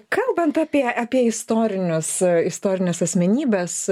kalbant apie apie istorinius istorines asmenybes